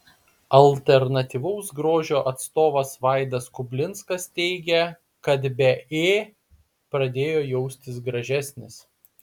alternatyvaus grožio atstovas vaidas kublinskas teigia kad be ė pradėjo jaustis gražesnis